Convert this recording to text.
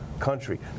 country